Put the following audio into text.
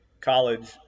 college